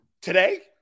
Today